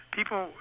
people